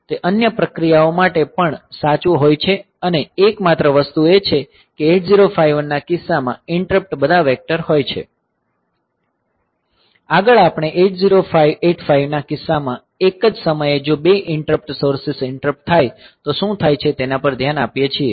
તે અન્ય પ્રક્રિયાઓ માટે પણ સાચું હોય છે અને એકમાત્ર વસ્તુ એ છે કે 8051 ના કિસ્સામાં ઈંટરપ્ટ બધા વેક્ટર હોય છે આગળ આપણે 8085 ના કિસ્સામાં એક જ સમયે જો 2 ઈંટરપ્ટ સોર્સીસ ઈંટરપ્ટ થાય તો શું થાય છે તેના પર ધ્યાન આપીએ છીએ